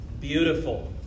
beautiful